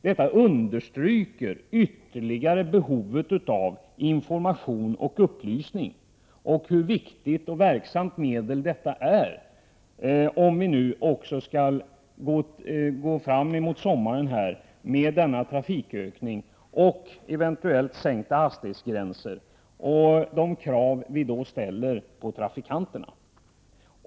Detta understryker ytterligare behovet av information och upplysning. Det visar också vilket viktigt och verksamt medel vi har här när vi nu närmar oss sommaren med den väntade trafikökningen och med eventuellt sänkta hastighetsgränser. Det ställs således krav på trafikanterna.